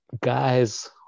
guys